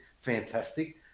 fantastic